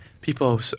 people